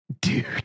Dude